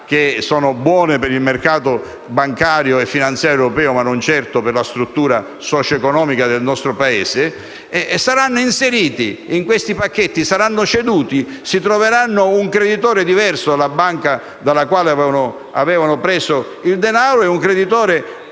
amenità, buone per il mercato bancario e finanziario europeo, ma non certo per la struttura socio‑economica del nostro Paese). Saranno quindi inseriti in questi pacchetti e ceduti; si troveranno un creditore diverso dalla banca da cui avevano preso il denaro, con cui non